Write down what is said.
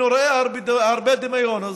אני רואה הרבה דמיון.